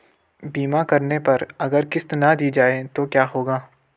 बीमा करने पर अगर किश्त ना दी जाये तो क्या होगा?